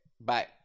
bye